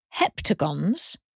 heptagons